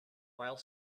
while